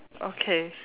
okay